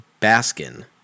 Baskin